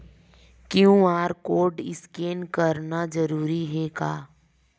QR code scan करना जरूरी हे का?